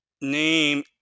name